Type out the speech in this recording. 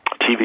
TV